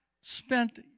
spent